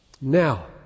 Now